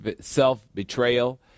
self-betrayal